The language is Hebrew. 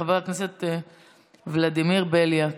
חבר הכנסת ולדימיר בליאק.